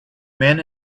men